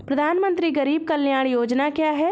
प्रधानमंत्री गरीब कल्याण योजना क्या है?